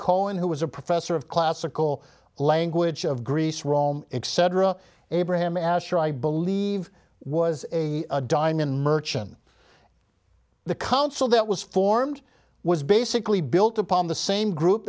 cohen who was a professor of classical language of greece rome excedrin abraham asher i believe was a diamond merchant the council that was formed was basically built upon the same group